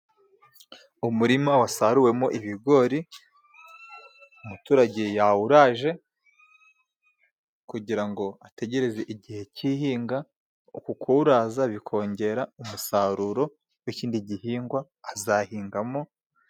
Umurima wasaruwemo ibigori ,umuturage yawuraje kugira ngo ategereze igihe cy'ihinga. Uku kuwuraza bikongera umusaruro w'ikindi gihingwa azahingamo.